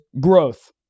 growth